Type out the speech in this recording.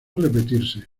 repetirse